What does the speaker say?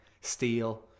steel